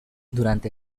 durante